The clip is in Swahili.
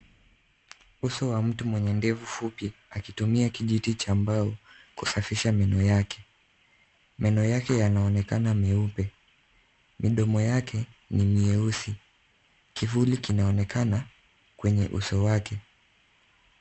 Uso wa mtu mwenye ndevu fupi akitumia kijiti cha mbao kusafisha meno yake. Meno yake yanaonekana meupe. Midomo yake ni mieusi. Kivuli kinaonekana kwenye uso wake.